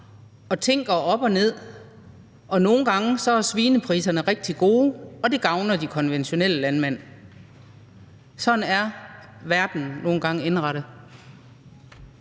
går op og ned. Nogle gange er svinepriserne rigtig gode, og det gavner de konventionelle landmænd. Sådan er verden nu engang indrettet.